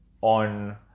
on